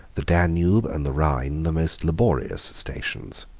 the danube and the rhine the most laborious stations.